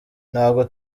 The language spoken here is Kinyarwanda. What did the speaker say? ntabwo